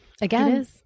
Again